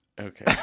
Okay